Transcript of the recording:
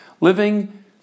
living